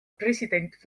president